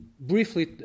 briefly